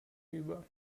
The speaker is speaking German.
über